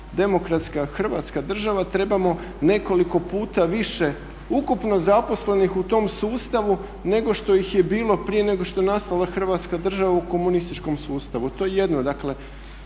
demokratska Hrvatska država trebamo nekoliko puta više ukupno zaposlenih u tom sustavu nego što ih je bilo prije nego što je nastala Hrvatska država u komunističkom sustavu. To je jedno.